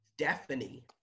Stephanie